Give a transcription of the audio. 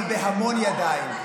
אבל היא בהמון ידיים.